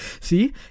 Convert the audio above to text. see